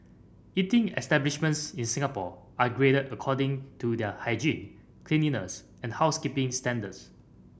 eating establishments in Singapore are graded according to their hygiene cleanliness and housekeeping standards